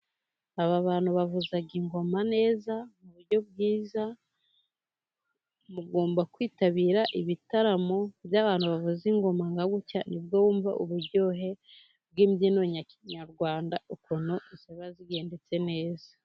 Aba bantu bavuza ingoma neza mu buryo bwiza. Mugomba kwitabira ibitaramo by'abantu bavuza ingoma nka gutya, nibwo wumva uburyohe bw'imbyino za kinyarwanda, ukuntu ziba zigendetse neza.